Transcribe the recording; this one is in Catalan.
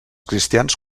cristians